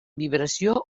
vibració